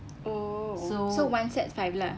oh so one set's five lah